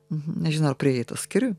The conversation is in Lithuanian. nežinau ar praėjai tą skyrių